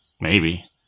Maybe